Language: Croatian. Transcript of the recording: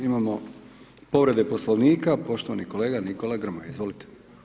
Imamo povrede Poslovnika, poštovani kolega Nikola Grmoja, izvolite.